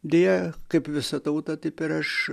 deja kaip visa tauta taip ir aš